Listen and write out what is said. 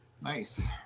Nice